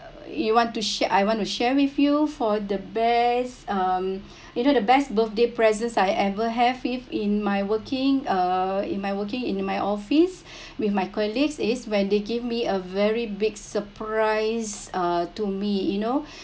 uh you want to share I want to share with you for the best um you know the best birthday presents I ever have with in my working uh in my working in my office with my colleagues is when they give me a very big surprise uh to me you know